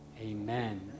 Amen